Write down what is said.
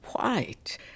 White